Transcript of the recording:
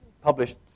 published